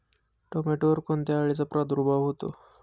टोमॅटोवर कोणत्या अळीचा प्रादुर्भाव होतो?